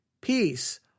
peace